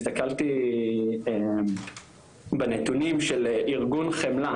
אני הסתכלתי בנתונים של ארגון חמלה,